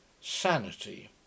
sanity